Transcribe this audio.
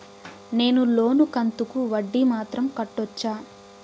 నేను లోను కంతుకు వడ్డీ మాత్రం కట్టొచ్చా?